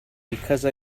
because